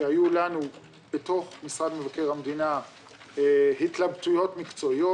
שהיו לנו בתוך משרד מבקר המדינה התלבטויות מקצועיות.